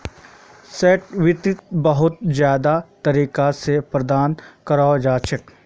short वित्तक बहुत ज्यादा तरीका स प्राप्त करवा सख छी